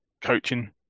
coaching